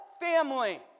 family